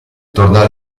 torna